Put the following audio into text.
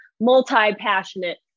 multi-passionate